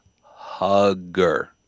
Hugger